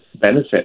benefit